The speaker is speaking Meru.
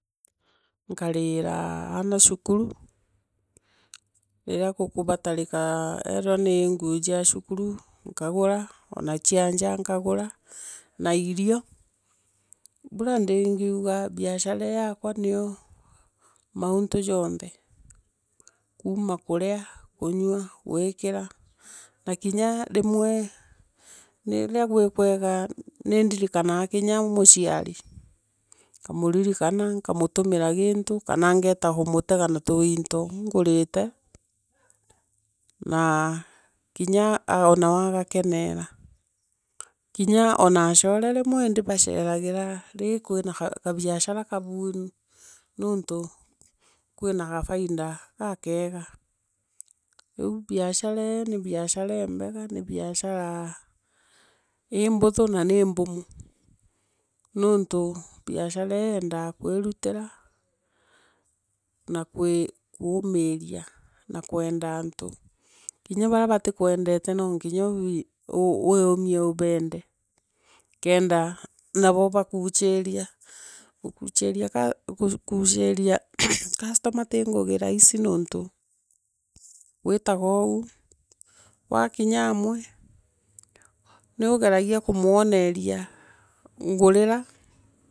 Kariira aana cukuru, riria kukubatarika kethira ni nguo cia cukuru, nkagura, ona ela nja, nkagura, na irio bura ndingi biashara ii yaakwa neo mauntu joonthe, kuuma kurea, kunywa, gwiikira, na kinya rimwe riria gwi kwega ni ndirikanaa kinya mudari. Nkamurinikana, nkaamutumira giintu, kana ngoeta kumutega na tuinto ngurite, naa kinya kinya o nawe agakenerra. Kinya ona achore rqimwe ndibachebragira rii kwira, kabiashara kabuugi nonto kwira gataida gaakega. Riu biashara ee, ni biashara ilmbega, ni biashara ii mbuthu na nii mbumu. Nontu biashara ii yeendaa kwirutira, na kuumiria, na kwenda antu. Kinya barea batikwendete na nginya wii imie ubeenda kenda nabo bakuuchiria. Gukuuchiria customer tii ngigii raisi nontu wistaga oou, wakinya amwe niugeragia kumwoneria ngurira.